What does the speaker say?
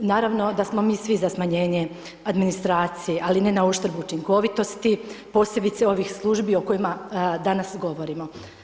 Naravno da smo mi svi za smanjenje administracije, ali ne na uštrb učinkovitosti, posebice ovih službi o kojima danas govorimo.